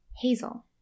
Hazel